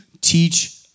teach